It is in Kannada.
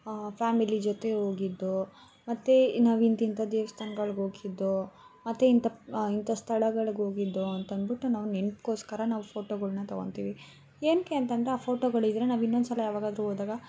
ಫ್ಯಾಮಿಲಿ ಜೊತೆ ಹೋಗಿದ್ದು ಮತ್ತೆ ನಾವು ಇಂತಿಂಥ ದೇವಸ್ಥಾನ್ಗಳ್ಗೆ ಹೋಗಿದ್ದು ಮತ್ತೆ ಇಂಥ ಇಂಥ ಸ್ಥಳಗಳಿಗೋಗಿದ್ದು ಅಂತನ್ಬಿಟ್ಟು ನಾವು ನೆನ್ಪ್ಗೋಸ್ಕರ ನಾವು ಫೋಟೋಗಳ್ನ ತಗೊನ್ತೀವಿ ಏನಕ್ಕೆ ಅಂತಂದರೆ ಆ ಫೋಟೋಗಳಿದ್ದರೆ ನಾವು ಇನ್ನೊಂದ್ಸಲ ಯಾವಾಗಾದರೂ ಹೋದಾಗ